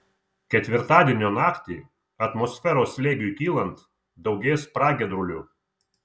ketvirtadienio naktį atmosferos slėgiui kylant daugės pragiedrulių